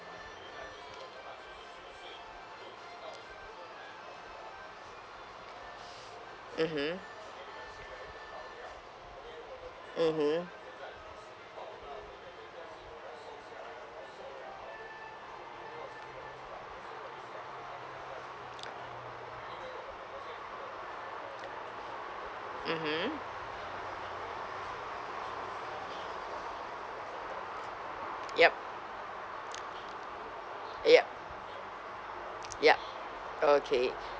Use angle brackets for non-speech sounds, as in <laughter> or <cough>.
mmhmm mmhmm <noise> mmhmm yup <noise> yup yup okay